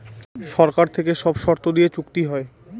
সরকার থেকে সব শর্ত দিয়ে চুক্তি হয়